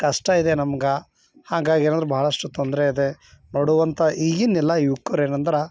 ಕಷ್ಟ ಇದೆ ನಮ್ಗೆ ಹಂಗಾಗಿ ಏನೆಂದ್ರೆ ಬಹಳಷ್ಟು ತೊಂದರೆ ಇದೆ ನೋಡುವಂಥ ಈಗಿನ ಎಲ್ಲ ಯುವಕ್ರು ಏನೆಂದ್ರೆ